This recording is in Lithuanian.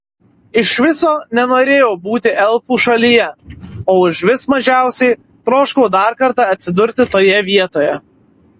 iš viso nenorėjau būti elfų šalyje o užvis mažiausiai troškau dar kartą atsidurti toje vietoje